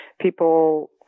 people